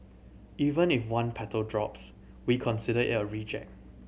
even if one petal drops we consider it a reject